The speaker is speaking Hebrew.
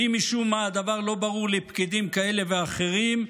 ואם משום מה הדבר לא ברור לפקידים כאלה ואחרים,